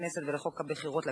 הכנסת ולחוק הבחירות לכנסת),